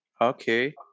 Okay